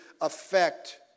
affect